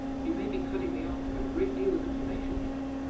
you may be cutting me off from a great deal of information, you know.